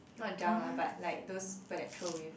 not junk lah but like those people that throw away food